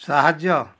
ସାହାଯ୍ୟ